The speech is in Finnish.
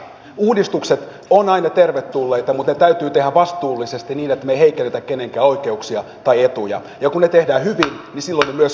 uudistukset ovat aina tervetulleita mutta ne täytyy tehdä vastuullisesti niin että me emme heikennä kenenkään oikeuksia ja etuja ja kun ne tehdään hyvin niin silloin ne myöskin tuovat säästöjä